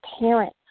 parent